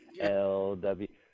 L-W